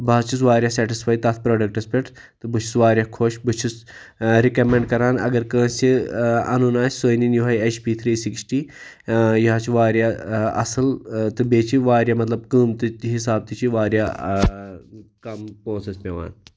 بہٕ حٕظ چھُس واریاہ سیٚٹِسفاے تتھ پروڈکٹَس پیٚٹھ تہٕ بہٕ چھُس واریاہ خۄش بہٕ چھُس رِکمنڈ کَران اگر کٲنٛسہِ اَنُن آسہِ سُہ انن یُہے ایٚچ پی تھری سِکسٹی یہِ حٕظ چھُ واریاہ اصل تہٕ بیٚیہِ چھُ واریاہ مَطلَب قۭمتہٕ حِساب تہِ چھُ یہِ واریاہ کم پونٛسَس پیٚوان